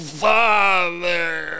father